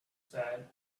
said